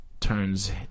turns